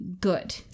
good